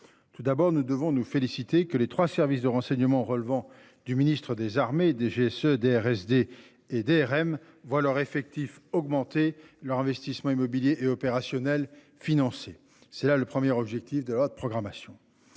Tout d'abord, nous devons nous féliciter que les trois services de renseignement relevant du ministre des armées DGSE DRSD et DRM voient leurs effectifs augmenter leur investissement immobilier et opérationnel financer c'est là le premier objectif de l'autre programmation.